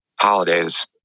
holidays